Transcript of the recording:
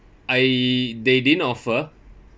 I they didn't offer